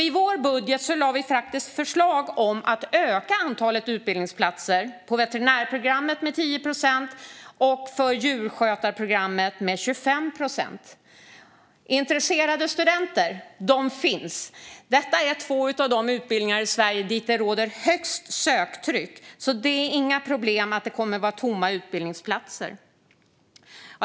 I vår budget fanns därför förslag om att öka antalet utbildningsplatser på veterinärprogrammet med 10 procent och på djursjukskötarprogrammet med 25 procent. Intresserade studenter finns. Detta är två av de utbildningar i Sverige för vilka det råder störst söktryck. Det kommer därför inte att bli några problem med tomma utbildningsplatser.